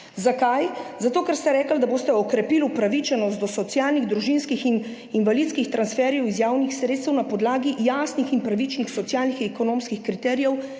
Zakaj? Zato, ker ste rekli, da boste okrepili upravičenost do socialnih, družinskih in invalidskih transferjev iz javnih sredstev na podlagi jasnih in pravičnih socialnih in ekonomskih kriterijev.